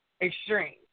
extreme